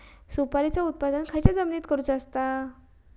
सुपारीचा उत्त्पन खयच्या जमिनीत करूचा असता?